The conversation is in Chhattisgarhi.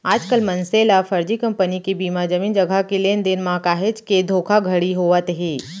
आजकल मनसे ल फरजी कंपनी के बीमा, जमीन जघा के लेन देन म काहेच के धोखाघड़ी होवत हे